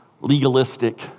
legalistic